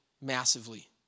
massively